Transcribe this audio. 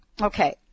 Okay